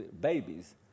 babies